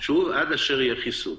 שוב, זה עד אשר יהיה חיסון.